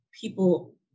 people